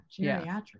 Geriatric